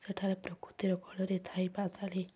ସେଠାରେ ପ୍ରକୃତିର କୋଳରେ ଥାଇ ପାତାଳି